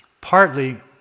partly